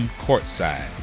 courtside